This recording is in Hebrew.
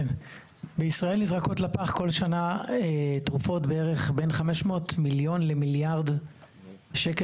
בישראל נזרקות לפח תרופות בשווי של בערך 500 מיליון למיליארד שקלים.